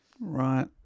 right